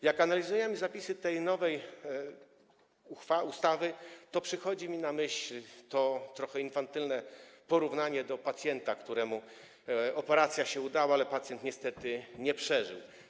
Jak analizujemy zapisy tej nowej ustawy, to przychodzi mi na myśl to trochę infantylne porównanie do pacjenta, którego operacja się udała, ale pacjent niestety nie przeżył.